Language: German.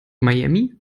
miami